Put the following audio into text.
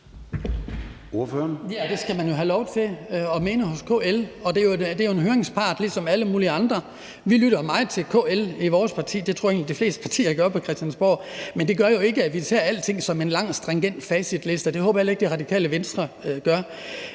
Det skal man jo have lov til at mene i KL, og det er jo en høringspart ligesom alle mulige andre. Vi lytter meget til KL i vores parti, og det tror jeg egentlig at de fleste partier på Christiansborg gør, men det gør jo ikke, at vi ser alle de ting som en lang, stringent facitliste, og det håber jeg heller ikke at Radikale Venstre gør.